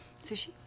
Sushi